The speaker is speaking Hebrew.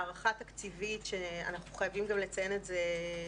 הערכה תקציבית שאנחנו חייבים לציין את זה גם